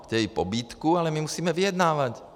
Chtějí pobídku, ale my musíme vyjednávat.